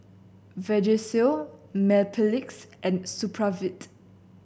Vagisil Mepilex and Supravit